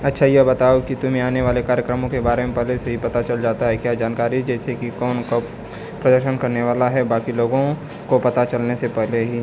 अच्छा यह बताओ कि तुम्हें आने वाले कार्यक्रमों के बारे में पहले से ही पता चल जाता है क्या जानकारी जैसे कि कौन कब प्रदर्शन करने वाला है बाकी लोगों को पता चलने से पहले ही